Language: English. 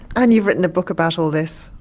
and you've written a book about all this.